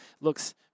Looks